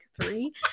three